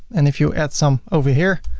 and if you add some over here,